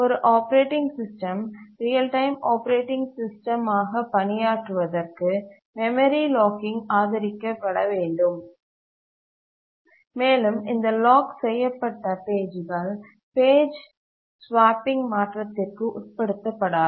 ஒரு operating system real time operating system ஆக பணியாற்றுவதற்கு மெமரி லாக்கிங் ஆதரிக்க படவேண்டும் மேலும் இந்த லாக் செய்யபட்ட பேஜ்கள் பேஜ் ஸவாப்பிங் மாற்றத்திற்கு உட்படுத்தப்படாது